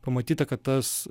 pamatyta kad tas